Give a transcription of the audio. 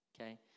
okay